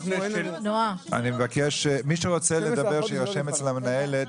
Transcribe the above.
מי שרוצה לדבר שיירשם אצל המנהלת,